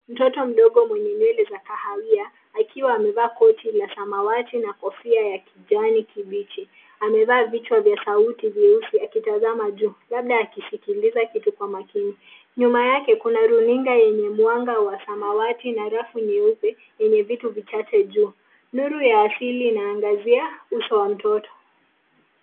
Mtoto mdogo mwenye nywele za kahawia, akiwa amevaa koti la samawati na kofia ya kijani kibichi. Amevaa vichwa vya sauti vyeusi akitazama juu. Labda akiskiliza kitu kwa makini. Nyuma yake kuna runinga yenye mwanga wa samawati na rafu nyeupe yenye vitu vichache juu. Nuru ya asili inaangazia uso wa mtoto.